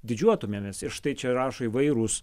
didžiuotumėmės ir štai čia rašo įvairūs